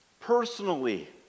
personally